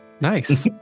Nice